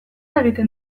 egiten